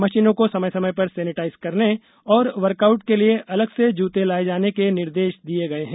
मशीनों को समय समय पर सेनेटाइज करने और वर्कआउट के लिए अलग से जूते लाए जाने के निर्देश दिए गए हैं